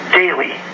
daily